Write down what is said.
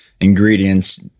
ingredients